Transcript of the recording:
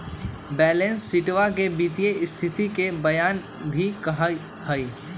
balance शीटवा के वित्तीय स्तिथि के बयान भी कहा हई